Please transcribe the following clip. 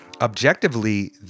objectively